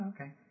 okay